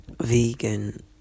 vegan